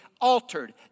altered